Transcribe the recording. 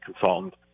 consultant